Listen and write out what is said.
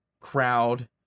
Crowd